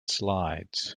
slides